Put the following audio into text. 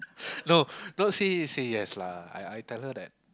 no not say say yes lah I tell her that